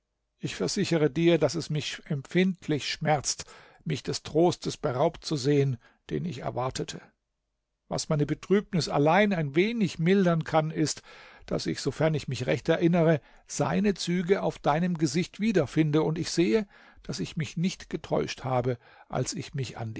mich empfindlich schmerzt mich des trostes beraubt